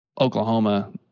Oklahoma